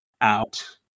out